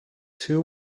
two